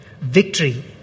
victory